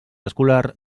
escolar